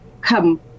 come